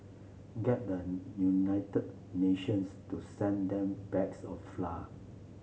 get the United Nations to send them bags of